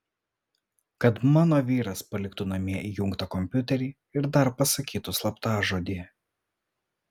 kad mano vyras paliktų namie įjungtą kompiuterį ir dar pasakytų slaptažodį